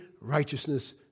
righteousness